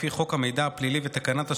לפי חוק המידע הפלילי ותקנת השבים,